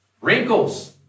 Wrinkles